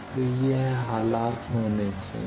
तो यह हालत होनी चाहिए